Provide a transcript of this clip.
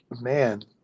Man